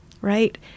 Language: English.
right